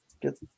get